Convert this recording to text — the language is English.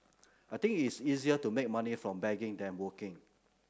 I think it's easier to make money from begging than working